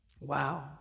Wow